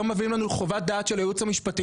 לא מביאים לנו חוות דעת של הייעוץ המשפטי,